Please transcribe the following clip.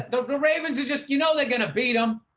don't the ravens who just, you know, they're going to beat them.